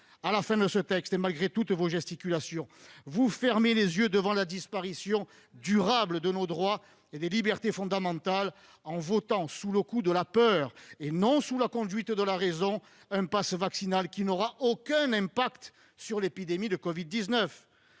l'examen de ce texte, et malgré toutes vos gesticulations, vous fermez les yeux devant la disparition durable de nos droits et de nos libertés fondamentales, en votant sous le coup de la peur et non sous la conduite de la raison, un passe vaccinal qui n'aura aucun effet sur l'épidémie de covid-19.